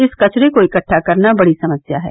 इस कचरे को इकट्ठा करना बड़ी समस्या है